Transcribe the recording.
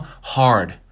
hard